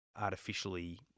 artificially